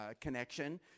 connection